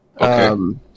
Okay